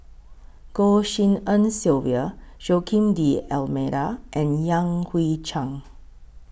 Goh Tshin En Sylvia Joaquim D'almeida and Yan Hui Chang